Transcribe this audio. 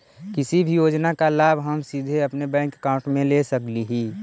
किसी भी योजना का लाभ हम सीधे अपने बैंक अकाउंट में ले सकली ही?